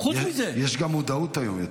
יש גם יותר מודעות היום.